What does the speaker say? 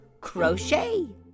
crochet